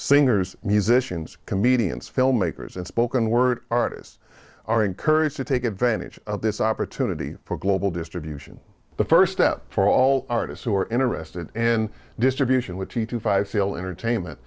singers musicians comedians filmmakers and spoken word artists are encouraged to take advantage of this opportunity for global distribution the first step for all artists who are interested in distribution which he to five feel entertainment